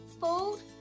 fold